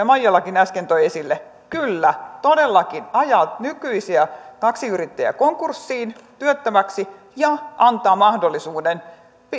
maijalakin äsken toi esille kyllä todellakin ajaa nykyisiä taksiyrittäjiä konkurssiin työttömäksi ja antaa mahdollisuuden